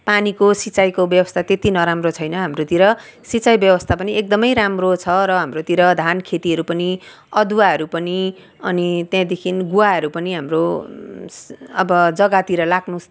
पानीको सिँचाइको व्यवस्था त्यति नराम्रो छैन हाम्रोतिर सिँचाइ व्यवस्था पनि एकदम राम्रो छ र हाम्रोतिर धान खेतीहरू पनि अदुवाहरू पनि अनि त्यहाँदेखि गुवाहरू पनि हाम्रो अब जगातिर लाग्नु